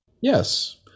yes